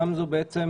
גמזו בעצם